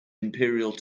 imperial